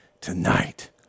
Tonight